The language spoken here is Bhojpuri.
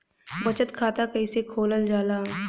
बचत खाता कइसे खोलल जाला?